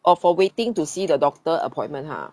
oh for waiting to see the doctor appointment !huh!